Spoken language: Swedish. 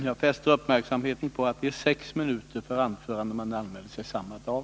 Jag vill fästa uppmärksamheten på att det råder en begränsning till sex minuter för anförandena när man anmäler sig samma dag.